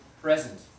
present